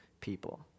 people